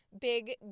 big